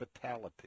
fatality